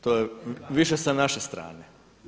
To je, više sa naše strane.